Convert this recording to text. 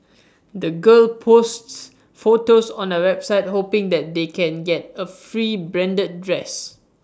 the girls posts photos on A website hoping that they can get A free branded dress